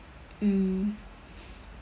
mm